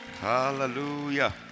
hallelujah